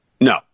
No